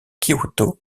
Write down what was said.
kyoto